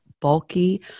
bulky